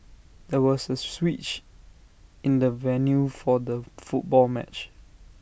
there was A switch in the venue for the football match